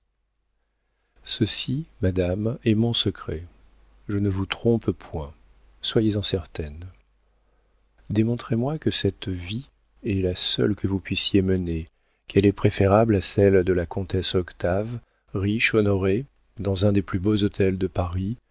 ceci madame est mon secret je ne vous trompe point soyez-en certaine démontrez moi que cette vie est la seule que vous puissiez mener qu'elle est préférable à celle de la comtesse octave riche honorée dans un des plus beaux hôtels de paris